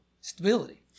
stability